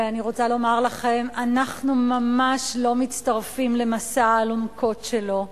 ואני רוצה לומר לכם: אנחנו ממש לא מצטרפים למסע האלונקות שלו.